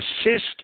assist